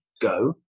go